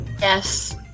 Yes